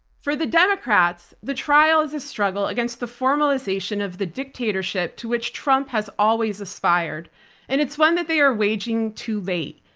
for the democrats, the trial is a struggle against the formalization of the dictatorship to which trump has always aspired and it's one that they are waging too late.